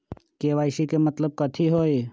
KYC के मतलब कथी होई?